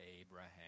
Abraham